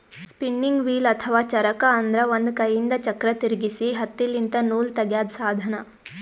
spinning wheel ಅಥವಾ ಚರಕ ಅಂದ್ರ ಒಂದ್ ಕೈಯಿಂದ್ ಚಕ್ರ್ ತಿರ್ಗಿಸಿ ಹತ್ತಿಲಿಂತ್ ನೂಲ್ ತಗ್ಯಾದ್ ಸಾಧನ